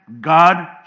God